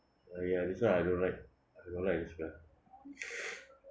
ya that's why I don't like don't like the smell